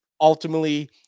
ultimately